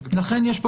לכן יש פה